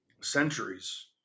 centuries